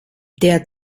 der